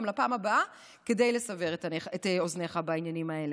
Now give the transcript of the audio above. לפעם הבאה כדי לסבר את אוזניך בעניינים האלה.